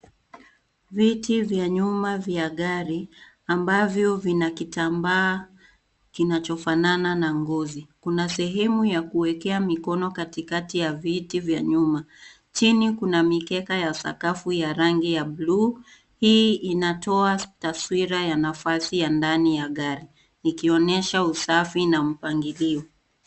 Viti vya nyuma vya gari ambavyo vina kitambaa kinachofanana na ngozi. Kuna sehemu ya kuwekea mikono katikati ya viti vya nyuma. Chini kuna mikeka ya sakafu ya rangi ya buluu. hii inatoa taswira ya nafasi ya ndani ya gari ikionyesha usafi na mpangilio.